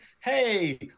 hey